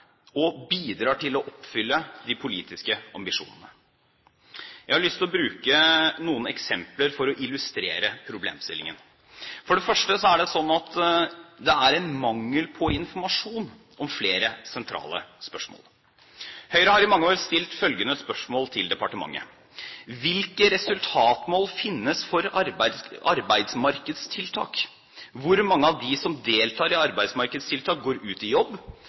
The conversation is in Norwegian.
og bidrar til å oppfylle de politiske ambisjonene. Jeg har lyst til å bruke noen eksempler for å illustrere problemstillingen. For det første er det slik at det er en mangel på informasjon om flere sentrale spørsmål. Høyre har i mange år stilt følgende spørsmål til departementet: Hvilke resultatmål finnes for arbeidsmarkedstiltak? Hvor mange av dem som deltar i arbeidsmarkedstiltak, går ut i jobb?